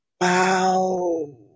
Wow